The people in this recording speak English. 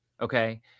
Okay